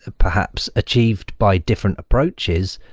ah perhaps achieved by different approaches,